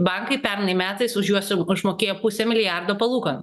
bankai pernai metais už juos išmokėjo pusę milijardo palūkanų